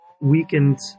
weakened